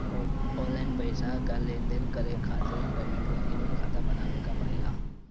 online पईसा के लेनदेन करे खातिर इंटरनेट बैंकिंग में खाता बनावे के पड़ेला